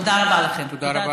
בוודאי.